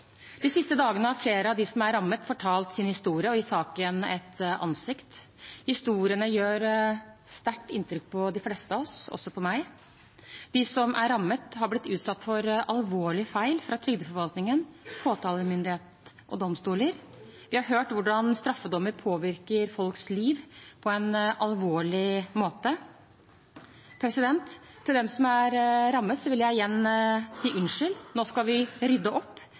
De siste dagene har flere av dem som er rammet, fortalt sin historie og gitt saken et ansikt. Historiene gjør sterkt inntrykk på de fleste av oss, også på meg. De som er rammet, har blitt utsatt for alvorlige feil fra trygdeforvaltningens, påtalemyndighetens og domstolenes side. Vi har hørt hvordan straffedommer påvirker folks liv på en alvorlig måte. Til dem som er rammet, vil jeg igjen si unnskyld. Nå skal vi rydde opp.